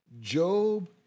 Job